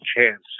chance